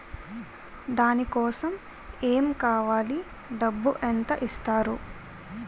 దాని కోసం ఎమ్ కావాలి డబ్బు ఎంత ఇస్తారు?